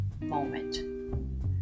moment